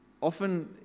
often